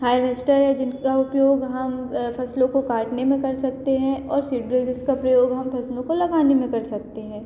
harvester जिनका उपयोग हम फसलों को काटने में कर सकते हैं और का प्रयोग हम फसलों को लगाने में कर सकते हैं